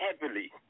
heavily